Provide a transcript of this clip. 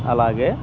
అలాగే